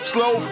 Slow